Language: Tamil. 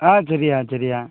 ஆ சரிய்யா சரிய்யா